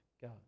God